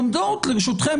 עומדות לרשותכם